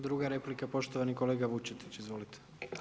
Druga replika poštovani kolega Vučetić, izvolite.